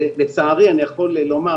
לצערי אני יכול לומר,